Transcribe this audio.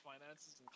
finances